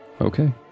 Okay